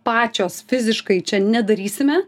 pačios fiziškai čia nedarysime